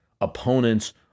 opponents